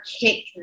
kick